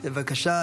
--- בבקשה.